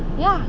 ya